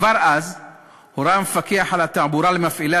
כבר אז הורה המפקח על התעבורה למפעילי